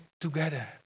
together